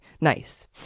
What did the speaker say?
Nice